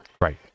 Right